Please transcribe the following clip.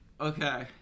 Okay